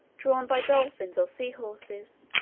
drawn by dolphins or sea-horses.